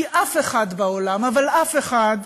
כי אף אחד בעולם, אבל אף אחד,